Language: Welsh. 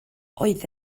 oedd